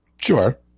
Sure